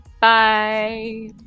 bye